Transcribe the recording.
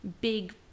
big